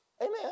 Amen